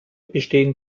bestehen